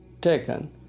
taken